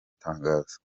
tangazo